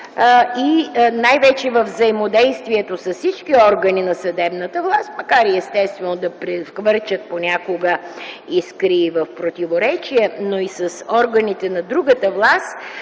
и най-вече във взаимодействието с всички органи на съдебната власт, макар и естествено да прехвърчат понякога искри и противоречия, но и с органите на другата власт,